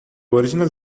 original